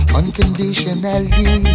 unconditionally